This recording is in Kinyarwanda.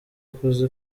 akoze